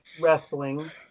wrestling